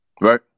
Right